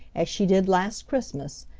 as she did last christmas,